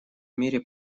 мире